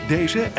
Deze